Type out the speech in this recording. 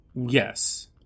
Yes